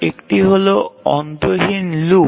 একটি হল অন্তহীন লুপ